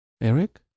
Eric